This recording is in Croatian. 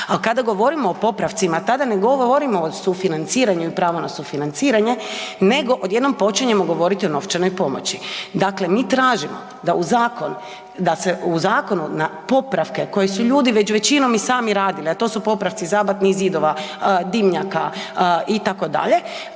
a kada govorimo o popravcima tada ne govorimo o sufinanciranju i prava na sufinanciranje, nego odjednom počinjemo govoriti o novčanoj pomoći. Dakle, mi tražimo da u zakon, da se u zakon na popravke koje su ljudi već većinom i sami radili, a to su popravci zabatnih zidova, dimnjaka itd.,